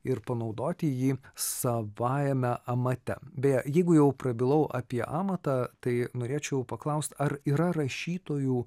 ir panaudoti jį savajame amate beje jeigu jau prabilau apie amatą tai norėčiau paklaust ar yra rašytojų